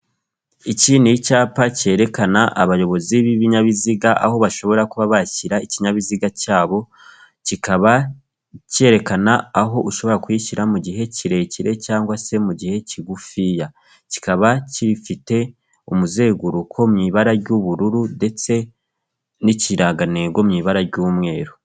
Iki ni icyapa cyerekana abayobozi b'ibinyabiziga aho bashobora kuba bashyira ikinyabiziga cyabo, kikaba cyerekana aho ushobora kuyishyira mu gihe kirekire cg se mu gihe kigufiya. Kikaba gifite umuzenguruko mu ibara ry'ubururu ndetse n'ikirangantego mu ibara ry'umweru.